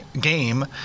game